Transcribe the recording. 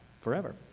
forever